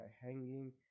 hanging